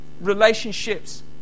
relationships